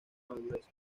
madurez